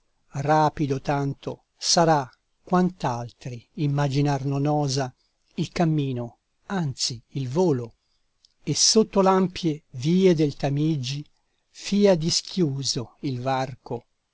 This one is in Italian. rapido tanto sarà quant'altri immaginar non osa il cammino anzi il volo e sotto l'ampie vie del tamigi fia dischiuso il varco